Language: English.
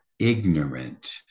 ignorant